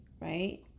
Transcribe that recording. right